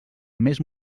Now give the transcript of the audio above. més